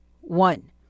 one